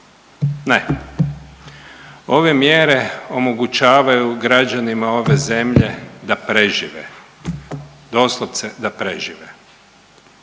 Ne, ove mjere omogućavaju građanima ove zemlje da prežive, doslovce da prežive.